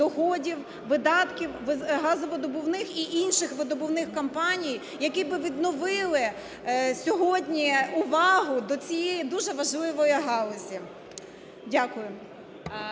доходів, видатків газовидобувних і інших видобувних компаній, які би відновили сьогодні увагу до цієї дуже важливої галузі. Дякую.